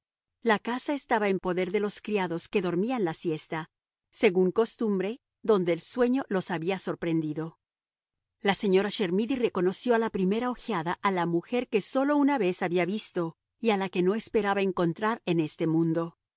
la casa estaba en poder de los criados que dormían la siesta según costumbre donde el sueño los había sorprendido la señora chermidy reconoció a la primera ojeada a la mujer que sólo una vez había visto y a la que no esperaba encontrar en este mundo